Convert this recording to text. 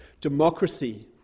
democracy